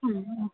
ಹಾಂ ಹಾಂ